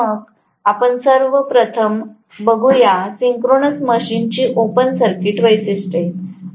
चला तर मग सर्व प्रथम आपण बघूया सिंक्रोनस मशीनची ओपन सर्किट वैशिष्ट्ये